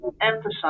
emphasize